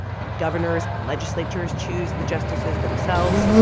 when governors and legislatures choose the justices themselves.